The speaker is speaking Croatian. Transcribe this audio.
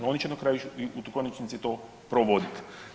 Oni će na kraju u konačnici to provoditi.